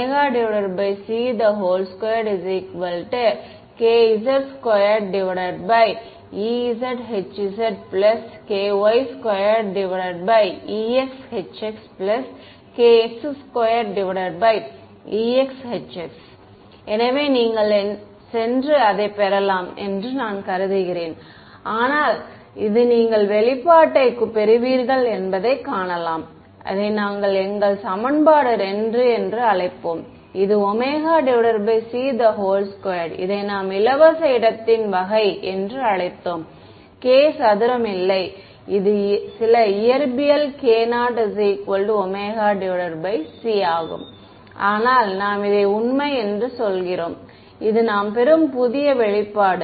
ωc2kz2 ky2 kx2 எனவே நீங்கள் சென்று அதைப் பெறலாம் என்று நான் கருதுகிறேன் ஆனால் இது நீங்கள் வெளிப்பாட்டைக் பெறுவீர்கள் என்பதை காணலாம் இதை நாங்கள் எங்கள் சமன்பாடு 2 அழைப்போம் இது ωc2 இதை நாம் இலவச இடத்தின் வகை என்று அழைத்தோம் k சதுரம் இல்லை இது சில இயற்பியல் k0 ωc ஆனால் நாம் இதை உண்மை என்று சொல்கிறோம் இது நாம் பெறும் புதிய வெளிப்பாடு